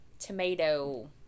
tomato